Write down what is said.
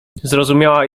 zrozumiała